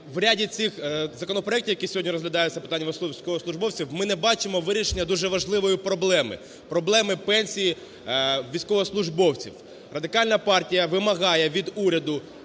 в ряді цих законопроектів, в яких сьогодні розглядаються питання військовослужбовців, ми не бачимо вирішення дуже важливої проблеми – проблеми пенсії військовослужбовців. Радикальна партія вимагає від уряду